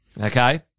Okay